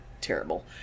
terrible